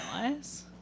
realize